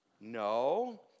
No